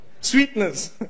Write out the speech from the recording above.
Sweetness